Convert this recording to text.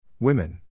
Women